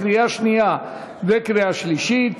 קריאה שנייה וקריאה שלישית.